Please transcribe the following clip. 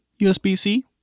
USB-C